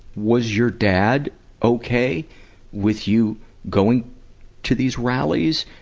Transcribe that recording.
was your dad okay with you going to these rallies,